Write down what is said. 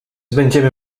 będziemy